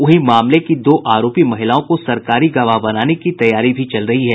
वहीं मामले की दो आरोपी महिलाओं को सरकारी गवाह बनाने की तैयारी भी चल रही है